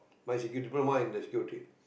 my securi~ Diploma in the Security